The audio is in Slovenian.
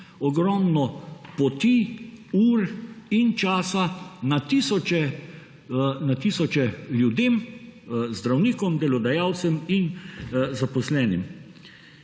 ogromno poti, ur in časa na tisoče ljudem, zdravnikom, delodajalcem in zaposlenim.